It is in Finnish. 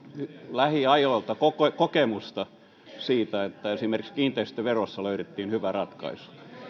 lähiajoilta kokemusta siitä että esimerkiksi kiinteistöverossa löydettiin hyvä ratkaisu